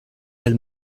del